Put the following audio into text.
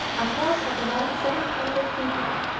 a force of about seven hundred people,